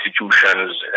institutions